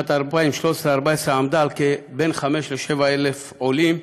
ב-2013 2014 הגיעו 5,000 7,000 עולים.